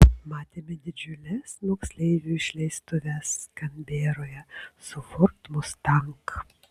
matėme didžiules moksleivių išleistuves kanberoje su ford mustang